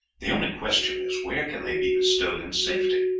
the only question is, where can they be bestowed in safety?